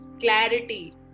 clarity